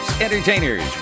entertainers